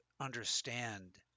understand